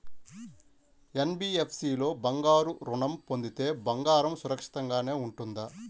NBFC లో బంగారు ఋణం పొందితే బంగారం సురక్షితంగానే ఉంటుందా?